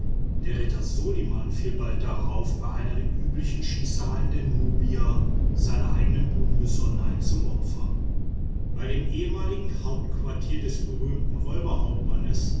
der retter soliman fiel bald darauf bei einer der üblichen schießereien der nubier seiner eigenen unbesonnenheit zum opfer bei dem ehemaligen hauptquartier des berühmten räuberhauptmanns